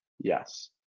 Yes